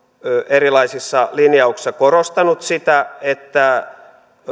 erilaisissa linjauksissa korostanut sitä että